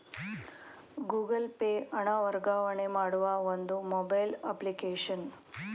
Google Pay ಹಣ ವರ್ಗಾವಣೆ ಮಾಡುವ ಒಂದು ಮೊಬೈಲ್ ಅಪ್ಲಿಕೇಶನ್